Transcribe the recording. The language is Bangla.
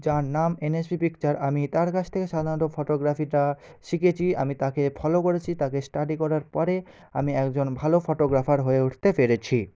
যার নাম এনএসপি পিকচার আমি তার কাছ থেকে সাধারণত ফটোগ্রাফিটা শিখেছি আমি তাকে ফলো করেছি তাকে স্টাডি করার পরে আমি একজন ভালো ফটোগ্রাফার হয়ে উঠতে পেরেছি